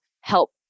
help